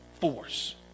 force